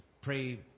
pray